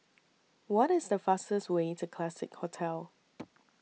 What IS The fastest Way to Classique Hotel